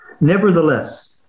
Nevertheless